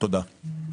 תודה.